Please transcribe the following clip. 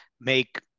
make